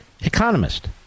economist